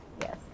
Yes